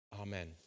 Amen